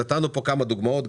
ונתנו פה כמה דוגמאות,